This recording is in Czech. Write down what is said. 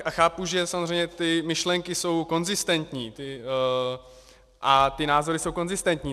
A chápu, že samozřejmě ty myšlenky jsou konzistentní a ty názory jsou konzistentní.